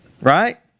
Right